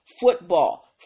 football